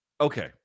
okay